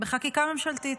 בחקיקה ממשלתית.